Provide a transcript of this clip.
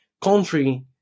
country